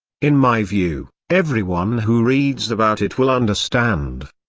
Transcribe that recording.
in my view, everyone who reads about it will understand,